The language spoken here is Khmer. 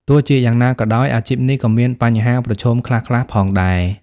ទោះជាយ៉ាងណាក៏ដោយ អាជីពនេះក៏មានបញ្ហាប្រឈមខ្លះៗផងដែរ។